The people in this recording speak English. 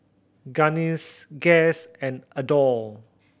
Guinness Guess and Adore